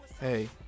hey